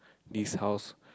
this house